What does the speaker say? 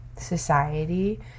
society